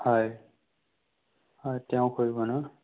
হয় হয় তেওঁ কৰিব ন